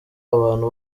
abantu